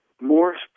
More